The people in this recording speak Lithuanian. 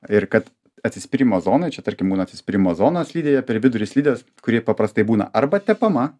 ir kad atsispyrimo zonoj čia tarkim būna atsispyrimo zona slidėje per vidurį slidės kuri paprastai būna arba tepama